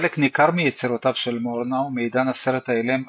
חלק ניכר מיצירותיו של מורנאו מעידן הסרט האילם אבדו,